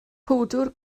powdr